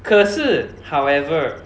可是 however